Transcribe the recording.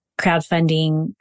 crowdfunding